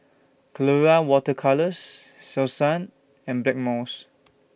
Colora Water Colours Selsun and Blackmores